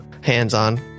hands-on